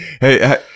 Hey